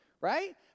Right